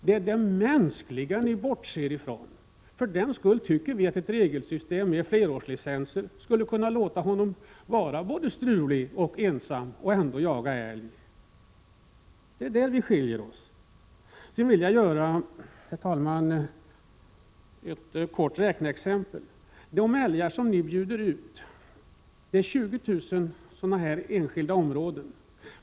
Det är den mänskliga aspekten som ni bortser ifrån. Ett regelsystem med flerårslicenser skulle tillåta en sådan här markägare att jaga älg, även om han är både strulig och ensam, och det är på den punkten som våra uppfattningar skiljer sig. Låt mig vidare, herr talman, redovisa ett kort räkneexempel. Utskottsmajoriteten ”bjuder ut” älgar inom 20 000 enskilda områden.